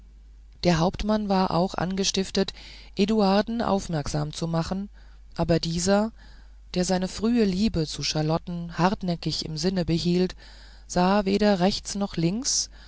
der hauptmann war auch angestiftet eduarden aufmerksam zu machen aber dieser der seine frühe liebe zu charlotten hartnäckig im sinne behielt sah weder rechts noch links